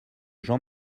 jean